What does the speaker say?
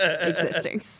existing